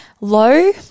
low